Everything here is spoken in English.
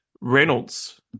Reynolds